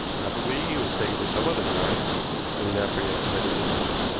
probably he was taken for some other crime soon after he had committed this one.